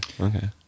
Okay